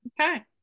okay